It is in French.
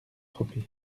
tropez